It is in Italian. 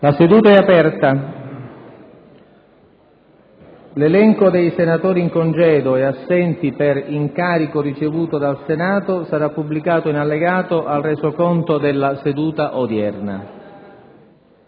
una nuova finestra"). L'elenco dei senatori in congedo e assenti per incarico ricevuto dal Senato sarà pubblicato nell'allegato B al Resoconto della seduta odierna.